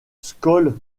skol